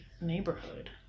neighborhood